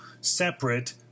separate